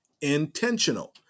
intentional